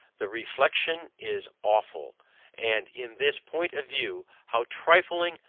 the reflexion is awful and in this point of view, how trifling,